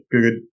good